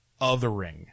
othering